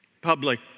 public